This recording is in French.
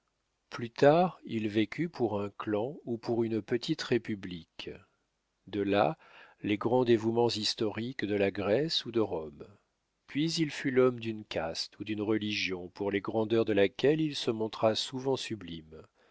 plus tard il vécut pour un clan ou pour une petite république de là les grands dévouements historiques de la grèce ou de rome puis il fut l'homme d'une caste ou d'une religion pour les grandeurs de laquelle il se montra souvent sublime